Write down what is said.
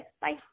Bye